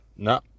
No